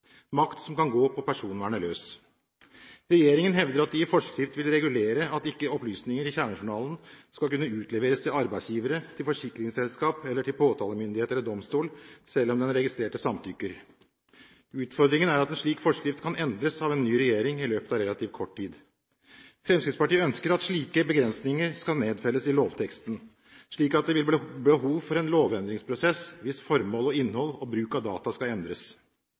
makt som kan gå på personvernet løs. Regjeringen hevder at de i forskrift vil regulere at ikke opplysninger i kjernejournalen skal kunne utleveres til arbeidsgivere, til forsikringsselskaper eller til påtalemyndighet eller domstol, selv om den registrerte samtykker. Utfordringen er at en slik forskrift kan endres av en ny regjering i løpet av relativt kort tid. Fremskrittspartiet ønsker at slike begrensninger skal nedfelles i lovteksten, slik at det vil bli behov for en lovendringsprosess hvis formål og innhold og bruk av data skal endres.